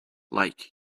like